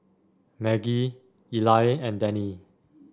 Maggie Eli and Dennie